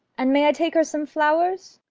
and may i take her some flowers?